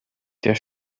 der